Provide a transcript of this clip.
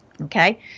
Okay